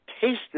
tasted